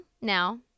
now